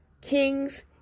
kings